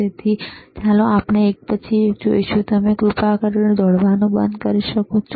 તેથી ચાલો આપણે એક પછી એક જઈએ શું તમે કૃપા કરીને દોડવાનું બંધ કરી શકો છો